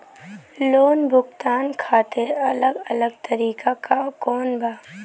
Loan भुगतान खातिर अलग अलग तरीका कौन बा?